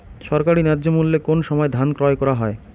সরকারি ন্যায্য মূল্যে কোন সময় ধান ক্রয় করা হয়?